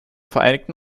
vereinigten